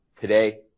Today